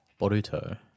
Boruto